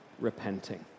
repenting